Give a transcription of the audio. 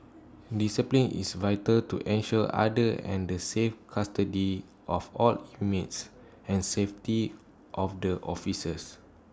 discipline is vital to ensure order and the safe custody of all inmates and safety of the officers